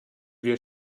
wir